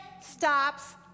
stops